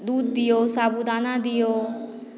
दूध दियौ साबुदाना दियौ